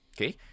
okay